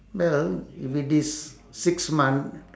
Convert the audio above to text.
well if it is six month